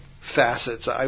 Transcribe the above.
facets